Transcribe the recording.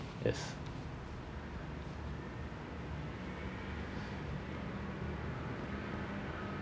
yes